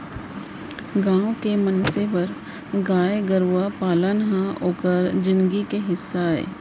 गॉँव के मनसे बर गाय गरूवा पालन हर ओकर जिनगी के हिस्सा अय